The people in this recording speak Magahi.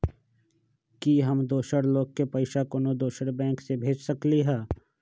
कि हम दोसर लोग के पइसा कोनो दोसर बैंक से भेज सकली ह?